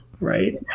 right